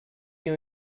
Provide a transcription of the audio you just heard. you